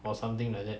or something like that